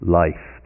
life